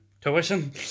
Tuition